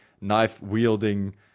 knife-wielding